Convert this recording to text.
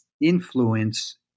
influence